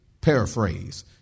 Paraphrase